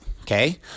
Okay